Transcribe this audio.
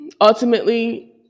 ultimately